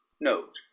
Note